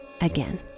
again